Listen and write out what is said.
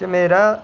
च मेरा